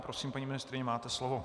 Prosím, paní ministryně, máte slovo.